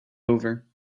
over